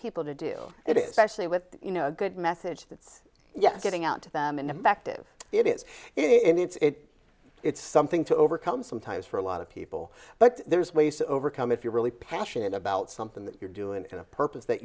people to do it is especially with you know a good message that's yet getting out to them and effective it is it's it's something to overcome sometimes for a lot of people but there's ways to overcome if you're really passionate about something that you're doing it in a purpose that